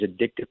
addictive